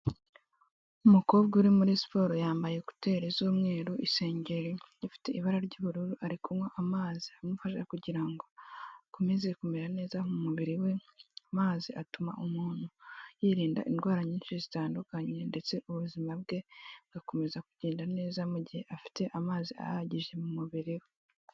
Umukobwa uri muri siporo yambaye ekuteri z'umweru isengero rifite ibara ry'ubururu ari kunywa amazi amufasha kugira ngo akomeze kumera neza mu mubiri we, amazi atuma umuntu yirinda indwara nyinshi zitandukanye ndetse ubuzima bwe agakomeza kugenda neza mu gihe afite amazi ahagije mu mubiri we.